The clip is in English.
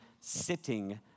sitting